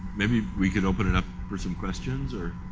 maybe we can open it up for some questions or?